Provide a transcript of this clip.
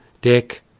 dick